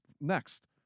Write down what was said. next